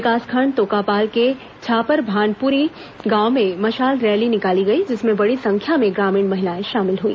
विकासखण्ड तोकापाल के छापरभानपुरी गांव में मशाल रैली निकाली गई जिसमें बड़ी संख्या में ग्रामीण महिलाएं शामिल हुई